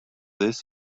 this